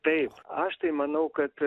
taip aš tai manau kad